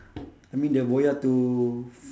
I mean the boya to